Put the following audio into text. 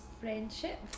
friendship